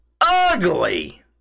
ugly